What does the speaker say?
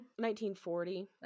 1940